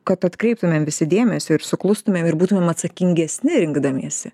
kad atkreiptumėm visi dėmesį ir suklustumėm ir būtumėm atsakingesni rinkdamiesi